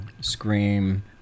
scream